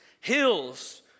hills